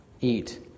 eat